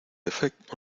defekt